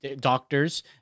doctors